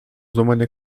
złamanie